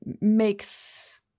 makes